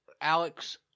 Alex